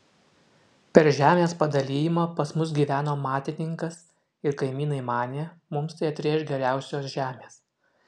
per žemės padalijimą pas mus gyveno matininkas ir kaimynai manė mums tai atrėš geriausios žemės